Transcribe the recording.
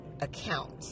account